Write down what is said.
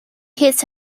hits